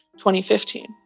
2015